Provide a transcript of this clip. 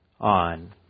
on